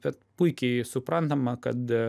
bet puikiai suprantama kad